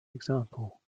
example